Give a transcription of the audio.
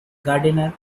gardener